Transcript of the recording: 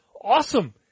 awesome